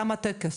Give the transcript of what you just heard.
צודקת.